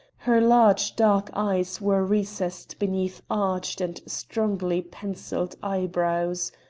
her large dark eyes were recessed beneath arched and strongly pencilled eyebrows.